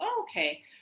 okay